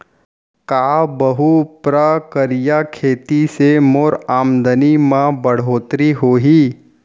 का बहुप्रकारिय खेती से मोर आमदनी म बढ़होत्तरी होही?